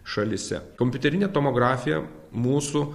šalyse kompiuterinė tomografija mūsų